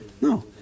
no